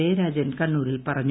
ജയരാജൻ കണ്ണൂരിൽ പറഞ്ഞു